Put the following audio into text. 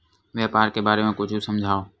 व्यापार के बारे म कुछु समझाव?